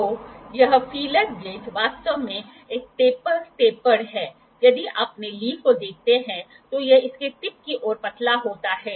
तो यह feeler gauge वास्तव में एक टेपर टेपर्ड है यदि आपने लीफ को देखते हैं तो यह इसके टिप की ओर पतला होता है